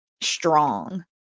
strong